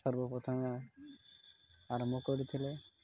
ସର୍ବ ପ୍ରଥମେ ଆରମ୍ଭ କରିଥିଲେ